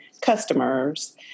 customers